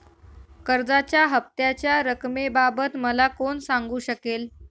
कर्जाच्या हफ्त्याच्या रक्कमेबाबत मला कोण सांगू शकेल?